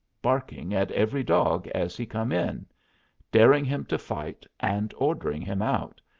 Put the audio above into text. barking at every dog as he come in daring him to fight, and ordering him out,